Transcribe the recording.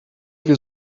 wir